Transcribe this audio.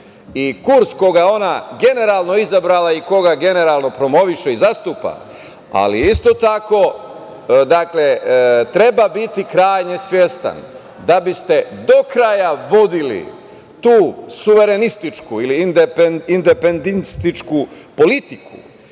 i kurs koga je ona generalno izabrala i koga generalno promoviše i zastupa, ali isto tako treba biti krajnje svestan da biste do kraja vodili tu suverenističku ili indenpendističku politiku,